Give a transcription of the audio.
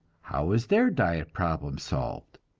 how is their diet problem solved?